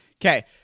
Okay